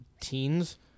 teens